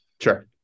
Sure